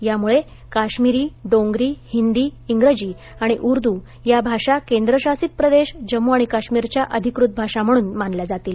यामुळे काश्मिरी डोंगरी हिंदी इंग्रजी आणि उर्दू या भाषा केंद्रशासित प्रदेश जम्मू आणि काश्मिरच्या अधिकृत भाषा म्हणून मानल्या जातील